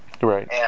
Right